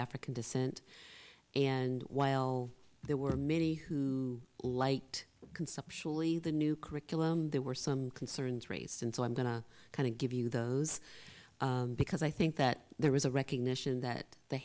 african descent and while there were many who liked conceptually the new curriculum there were some concerns raised and so i'm going to kind of give you those because i think that there is a recognition that the